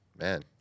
Man